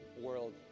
world